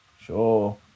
Sure